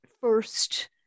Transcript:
first